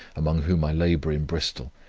among whom i labour in bristol,